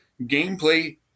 gameplay